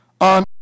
on